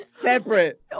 Separate